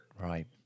Right